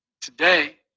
Today